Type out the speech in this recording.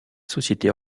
société